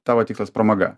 tavo tikslas pramoga